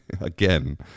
again